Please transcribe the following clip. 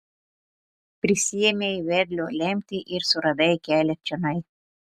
prisiėmei vedlio lemtį ir suradai kelią čionai